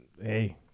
hey